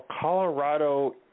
Colorado